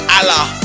Allah